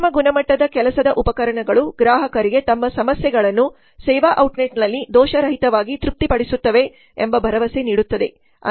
ಉತ್ತಮ ಗುಣಮಟ್ಟದ ಕೆಲಸದ ಉಪಕರಣಗಳು ಗ್ರಾಹಕರಿಗೆ ತಮ್ಮ ಸಮಸ್ಯೆಗಳನ್ನು ಸೇವಾ ಔಟ್ಲೆಟ್ನಲ್ಲಿ ದೋಷರಹಿತವಾಗಿ ತೃಪ್ತಿಪಡಿಸುತ್ತವೆ ಎಂಬ ಭರವಸೆ ನೀಡುತ್ತದೆ